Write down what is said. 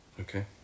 okay